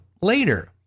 later